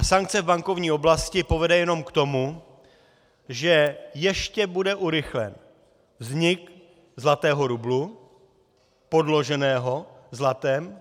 Sankce v bankovní oblasti povede jenom k tomu, že ještě bude urychlen vznik zlatého rublu podloženého zlatem.